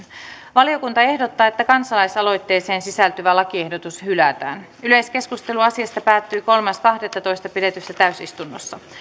valiokunta ehdottaa että kansalaisaloitteeseen sisältyvä lakiehdotus hylätään yleiskeskustelu asiasta päättyi kolmas kahdettatoista kaksituhattaviisitoista pidetyssä täysistunnossa